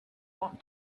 want